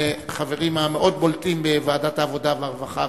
מהחברים המאוד בולטים בוועדת העבודה והרווחה,